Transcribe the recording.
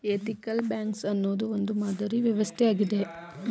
ethical banks ಅನ್ನೋದು ಒಂದು ಮಾದರಿ ವ್ಯವಸ್ಥೆ ಆಗಿದೆ